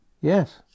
Yes